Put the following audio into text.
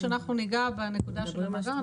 כשאנחנו ניגע בנקודה של המאגר,